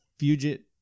Fugit